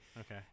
Okay